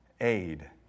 aid